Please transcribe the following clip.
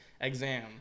exam